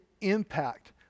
impact